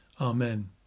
amen